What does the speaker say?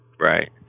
Right